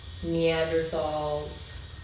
Neanderthals